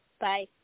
Bye